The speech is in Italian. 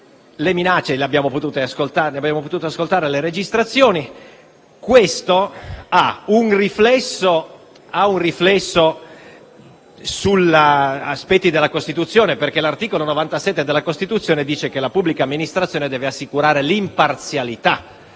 Casalino, e le abbiamo potuto ascoltare nelle registrazioni. Questo ha un riflesso su alcuni aspetti della Costituzione, perché l'articolo 97 della Costituzione dice che la pubblica amministrazione deve assicurare l'imparzialità